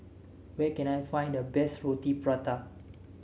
where can I find the best Roti Prata